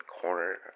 corner